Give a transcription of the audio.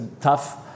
tough